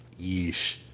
Yeesh